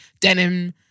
denim